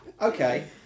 Okay